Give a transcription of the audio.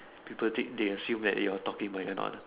people think they assume that you are talking but you are not